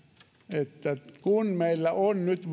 että kun meillä on nyt